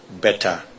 better